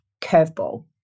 curveball